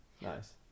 nice